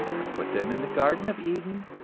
and put them in the garden of eden,